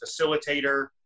facilitator